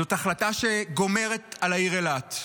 זאת החלטה שגומרת על העיר אילת.